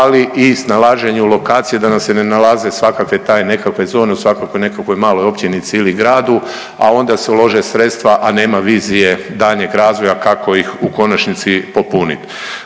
ali i snalaženju lokacije da nam se ne nalaze svakakve taj nekakve zone u svakakvoj nekakvoj maloj općinici ili gradu, a onda se ulože sredstva, a nema vizije daljnjeg razvoja kako ih u konačnici popunit.